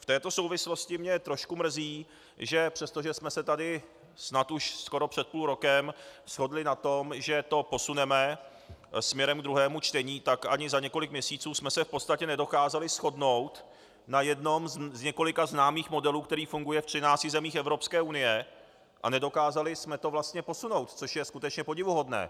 V této souvislosti mě trošku mrzí, že přestože jsme se tady snad už skoro před půl rokem shodli na tom, že to posuneme směrem ke druhému čtení, tak ani za několik měsíců jsme se v podstatě nedokázali shodnout na jednom z několika známých modelů, který funguje ve třinácti zemích Evropské unie, a nedokázali jsme to vlastně posunout, což je skutečně podivuhodné.